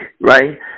right